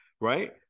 right